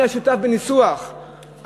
מי היה שותף בניסוח החוק,